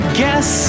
guess